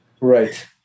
Right